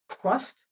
Trust